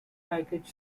package